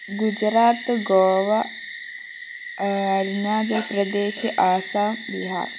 Gujarat Goa Arunachal Pradesh Assam Bihar